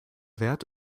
wert